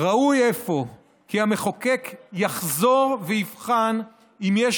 "ראוי אפוא כי המחוקק יחזור ויבחן אם יש